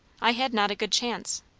i had not a good chance.